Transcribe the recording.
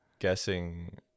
guessing